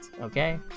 Okay